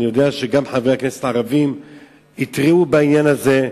אני יודע שגם חברי הכנסת הערבים התריעו בעניין הזה,